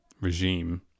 regime